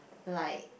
like